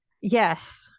Yes